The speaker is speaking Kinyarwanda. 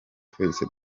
twese